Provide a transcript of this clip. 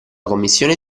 commissione